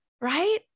right